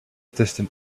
distant